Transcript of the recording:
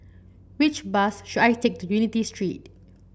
which bus should I take to Unity Street